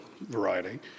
variety